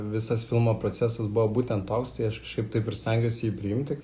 visas filmo procesas buvo būtent toks tai aš kažkaip taip ir stengiuosi jį priimti